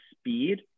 speed